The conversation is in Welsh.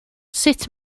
sut